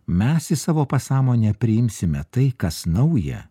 mes į savo pasąmonę priimsime tai kas nauja